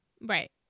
Right